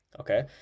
Okay